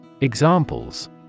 Examples